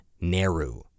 Nehru